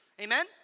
Amen